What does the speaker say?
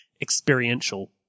experiential